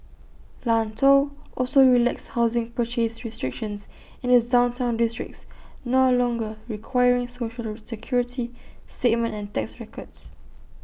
Lanzhou also relaxed housing purchase restrictions in its downtown districts no longer requiring Social Security statement and tax records